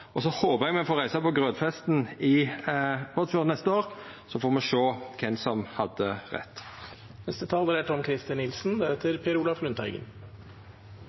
Så håpar eg me får reisa på grautfesten i Båtsfjord neste år, og då får me sjå kven som hadde